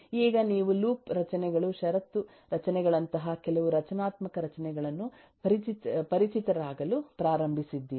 ಈಗ ನೀವುಲೂಪ್ ರಚನೆಗಳು ಷರತ್ತು ರಚನೆಗಳಂತಹ ಕೆಲವು ರಚನಾತ್ಮಕ ರಚನೆಗಳನ್ನುಪರಿಚಿತರಾಗಲು ಪ್ರಾರಂಭಿಸಿದ್ದೀರಿ